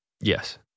Yes